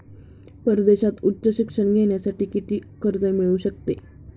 परदेशात उच्च शिक्षण घेण्यासाठी किती कर्ज मिळू शकते?